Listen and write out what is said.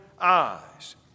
eyes